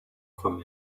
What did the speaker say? from